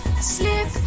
Slip